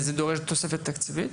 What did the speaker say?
וזה דורש תוספת תקציבית?